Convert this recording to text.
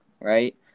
right